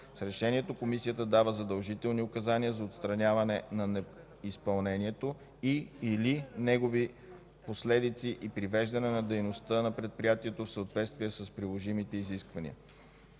С решението Комисията дава задължителни указания за отстраняване на неизпълнението и/или неговите последици и привеждане на дейността на предприятието в съответствие с приложимите изисквания.